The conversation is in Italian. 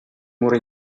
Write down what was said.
mura